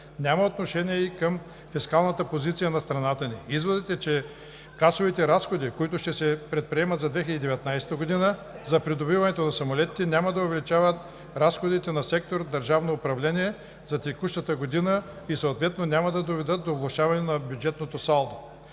Няма отношение и към фискалната позиция на страната ни. Изводът е, че касовите разходи, които ще се предприемат за 2019 г. за придобиването на самолетите, няма да увеличат разходите на сектор „Държавно управление“ за текущата година и съответно няма да доведат до влошаване на бюджетното салдо.